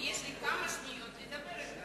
ויש לי כמה שניות לדבר אתה.